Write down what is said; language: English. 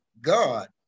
God